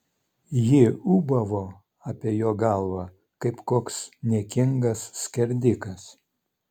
ji ūbavo apie jo galvą kaip koks niekingas skerdikas